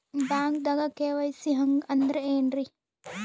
ಬ್ಯಾಂಕ್ದಾಗ ಕೆ.ವೈ.ಸಿ ಹಂಗ್ ಅಂದ್ರೆ ಏನ್ರೀ?